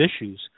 issues